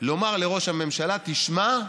לומר לראש הממשלה: תשמע,